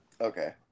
Okay